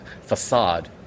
facade